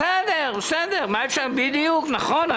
בדיוק, נכון.